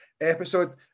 episode